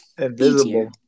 invisible